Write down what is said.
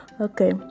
okay